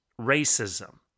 racism